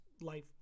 life